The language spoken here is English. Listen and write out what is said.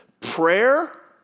Prayer